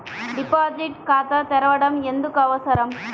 Deposit ఖాతా తెరవడం ఎందుకు అవసరం?